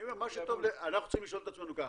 אני אומר שאנחנו צריכים לשאול את עצמנו ככה,